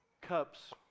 cups